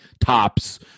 tops